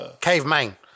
caveman